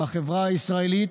בחברה הישראלית.